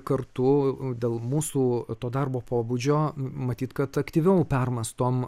kartu dėl mūsų to darbo pobūdžio matyt kad aktyviau permąstom